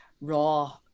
raw